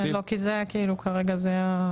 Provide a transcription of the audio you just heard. כי זה כאילו כרגע.